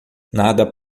nada